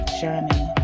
journey